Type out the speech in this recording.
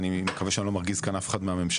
ואני מקווה שאני לא מרגיז כאן אף אחד מהממשלה,